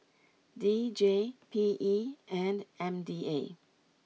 D J P E and M D A